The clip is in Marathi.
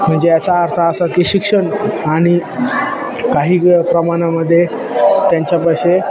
म्हणजे याचा अर्थ असा की शिक्षण आणि काही प्रमाणामध्ये त्यांच्यापाशी